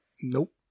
Nope